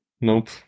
Nope